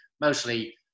mostly